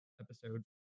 episode